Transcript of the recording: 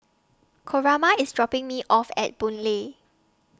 Coraima IS dropping Me off At Boon Lay